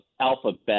alphabet